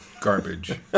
Garbage